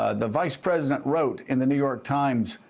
ah the vice president wrote in the new york times,